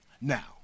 Now